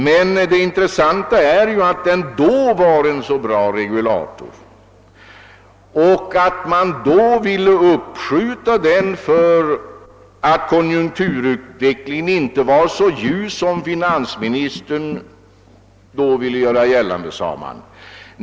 Men det intressanta är att den då ansågs vara en så bra regulator och att man då ville uppskjuta användandet av den, därför att konjunkturutvecklingen inte var så ljus som finansministern ville göra gällande.